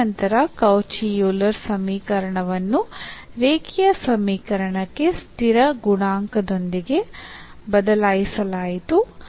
ತದನಂತರ Cauchy Euler ಸಮೀಕರಣವನ್ನು ರೇಖೀಯ ಸಮೀಕರಣಕ್ಕೆ ಸ್ಥಿರ ಗುಣಾಂಕದೊಂದಿಗೆ ಬದಲಾಯಿಸಲಾಯಿತು